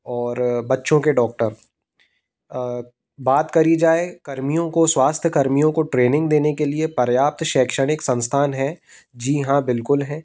और बच्चों के डॉक्टर बात करी जाए कर्मियों को स्वास्थ्य कर्मियों के ट्रेनिंग देने के लिए पर्याप्त शैक्षणिक संस्थान है जी हाँ बिलकुल है